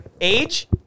Age